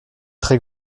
très